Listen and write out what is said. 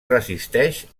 resisteix